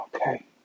okay